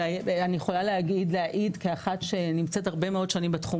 שאני יכולה להעיד כאחת שנמצאת הרבה מאוד שנים בתחום